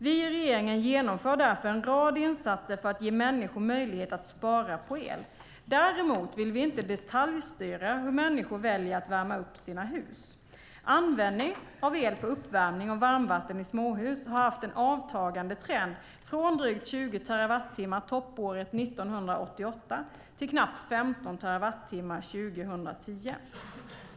Vi i regeringen genomför därför en rad insatser för att ge människor möjlighet att spara på el. Däremot vill vi inte detaljstyra hur människor väljer att värma upp sina hus. Användning av el för uppvärmning och varmvatten i småhus har haft en avtagande trend från drygt 20 terawattimmar toppåret 1988 till knappt 15 terawattimmar 2010.